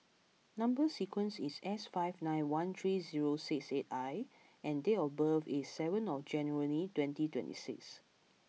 number sequence is S five nine one three zero six eight I and date of birth is seven of January twenty twenty six